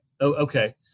okay